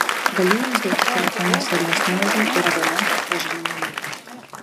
galiu jums duoti telefono serijos numerį ir abonento atpažinimo numerį